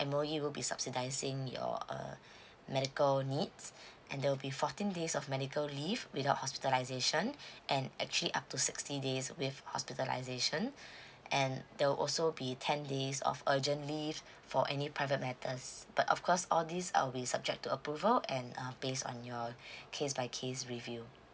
M_O_E will be subsidising your err medical needs and there will be fourteen days of medical leave without hospitalisation and actually up to sixty days with hospitalisation and there will also be ten days of urgent leave for any private matters but of course all these uh we subject to approval and uh based on your case by case review